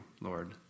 Lord